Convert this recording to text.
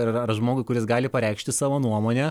ir ir žmogui kuris gali pareikšti savo nuomonę